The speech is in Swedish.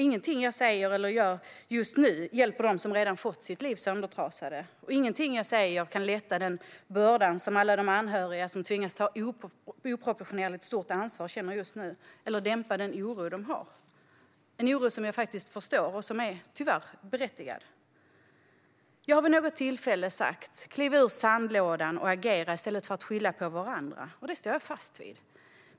Ingenting som jag säger eller gör just nu hjälper dem som redan har fått sina liv söndertrasade. Och ingenting jag säger kan lätta den börda som alla de anhöriga som tvingas ta ett oproportionerligt stort ansvar känner just nu eller dämpa den oro som de har. Det är en oro som jag faktiskt förstår och som tyvärr är berättigad. Jag har vid något tillfälle sagt: Kliv ur sandlådan och agera i stället för att skylla på varandra! Det står jag fast vid.